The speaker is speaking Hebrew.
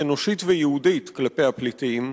אנושית ויהודית כלפי הפליטים.